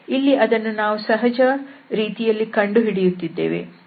ಇಲ್ಲಿ ಅದನ್ನು ನಾವು ಸಹಜ ರೀತಿಯಲ್ಲಿ ಕಂಡುಹಿಡಿಯುತ್ತಿದ್ದೇವೆ